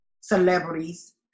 celebrities